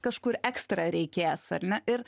kažkur ekstra reikės ar ne ir